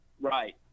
Right